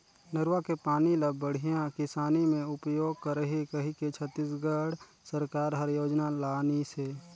नरूवा के पानी ल बड़िया किसानी मे उपयोग करही कहिके छत्तीसगढ़ सरकार हर योजना लानिसे